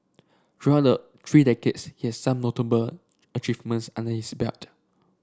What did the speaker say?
throughout the three decades he has some notable achievements under his belt